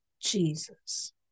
Jesus